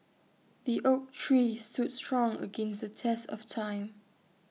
the oak tree stood strong against the test of time